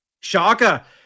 shaka